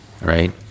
right